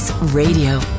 Radio